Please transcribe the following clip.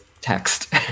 text